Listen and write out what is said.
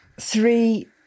Three